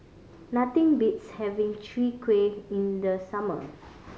nothing beats having Chwee Kueh in the summer